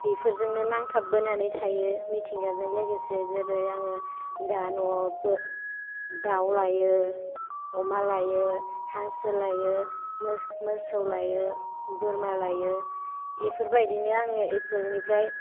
बेफोरजोंनो नांथाबबोनानै थायो मिथिंगाजों लोगोसे जेरै आङो दा न'आवबो दाउ लायो अमा लायो हांसो लायो मोसौ लायो बोरमा लायो बेफोर बायदिनो आङो बेफोरनिफ्राय